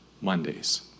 Mondays